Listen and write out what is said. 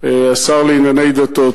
השר לענייני דתות,